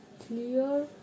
clear